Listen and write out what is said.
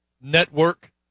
network